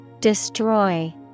Destroy